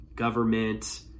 government